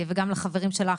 וגם לחברים שלך,